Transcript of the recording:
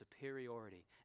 superiority